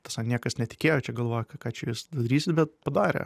tieisiog niekas netikėjo čia galvojo ką ką čia jūs dadarysit bet padarė